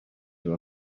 you